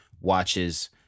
watches